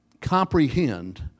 comprehend